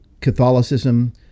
Catholicism